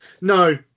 No